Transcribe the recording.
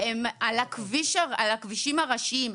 הן על הכבישים הראשיים.